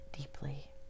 deeply